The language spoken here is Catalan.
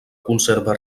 conserva